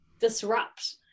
disrupt